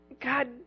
God